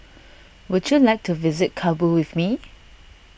would you like to visit Kabul with me